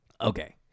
Okay